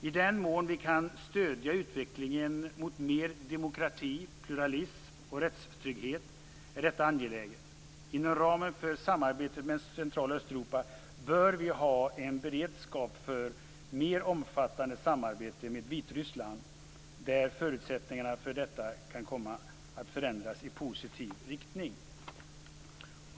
I den mån vi kan stödja utvecklingen mot mer demokrati, pluralism och rättstrygghet är detta angeläget. Inom ramen för samarbetet med Central och Östeuropa bör vi ha en beredskap för mer omfattande samarbete med Vitryssland, där förutsättningarna för detta kan komma att förändras i positiv riktning.